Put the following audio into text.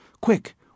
Quick